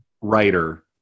writer